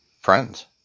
friends